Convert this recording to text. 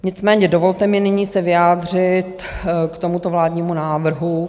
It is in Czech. Nicméně dovolte mi nyní se vyjádřit k tomuto vládnímu návrhu.